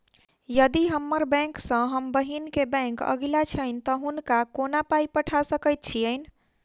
यदि हम्मर बैंक सँ हम बहिन केँ बैंक अगिला छैन तऽ हुनका कोना पाई पठा सकैत छीयैन?